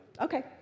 Okay